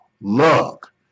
look